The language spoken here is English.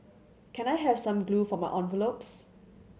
can I have some glue for my envelopes